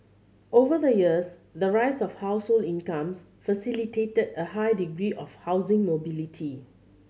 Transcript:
over the years the rise of household incomes facilitated a high degree of housing mobility